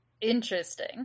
interesting